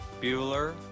Bueller